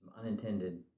unintended